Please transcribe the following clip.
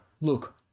Look